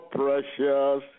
precious